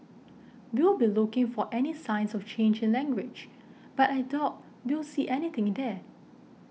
we'll be looking for any signs of change in language but I doubt we'll see anything there